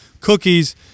cookies